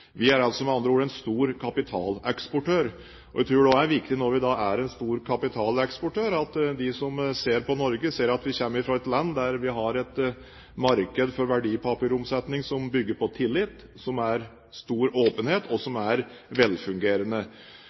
Vi er med andre ord en stor kapitaleksportør. Jeg tror også det er viktig når vi er en stor kapitaleksportør, at de som ser på Norge, ser at Norge er et land der vi har et marked for verdipapiromsetning som bygger på tillit, som har stor åpenhet, og som er velfungerende.